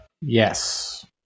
Yes